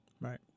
Right